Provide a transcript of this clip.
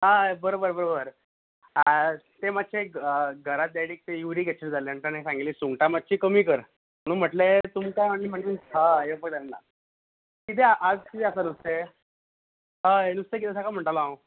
हय बरोबर बरोबर ते मातशे घरा डॅडीक तें युरीक एसीड जाल्लें आनी ताणें सांगिल्लीं सुंगटां मातशीं कमी कर म्हूण म्हटले तुमकां आनी म्हटलें हय एकोड आनी नाका कितें आज कितें आसा नुस्तें हय नुस्तें कितें आसा काय म्हणटालो हांव